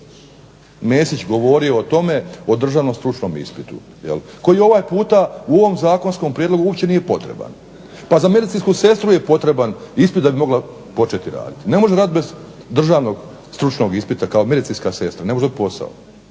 Mesić govorio o tome, o državnom stručnom ispitu koji ovaj puta u ovom zakonskom prijedlogu uopće nije potreban. Pa za medicinsku sestru je potreban ispit da bi mogla početi raditi. Ne može raditi bez državnog stručnog ispita kao medicinska sestra, ne možeš dobiti posao.